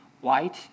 white